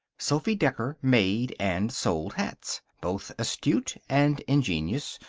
sophy decker made and sold hats, both astute and ingenuous,